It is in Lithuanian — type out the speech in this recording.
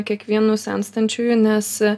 kiekvienu senstančiuoju nes